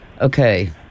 Okay